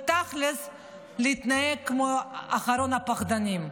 ותכלס להתנהג כמו אחרון הפחדנים.